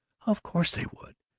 of course they would.